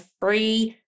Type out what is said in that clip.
free